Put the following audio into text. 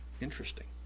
Interesting